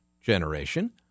generation